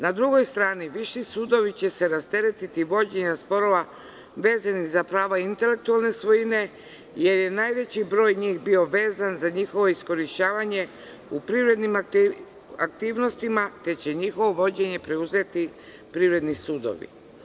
Na drugoj strani viši sudovi će se rasteretiti vođenja sporova vezanih za prava intelektualne svojine, jer je najveći broj njih bio vezan za njihovo iskorišćavanje u privrednim aktivnostima, te će njihovo vođenje preuzeti privredni sudovi.